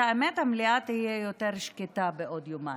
האמת, המליאה תהיה יותר שקטה בעוד יומיים.